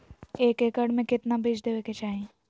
एक एकड़ मे केतना बीज देवे के चाहि?